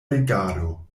regado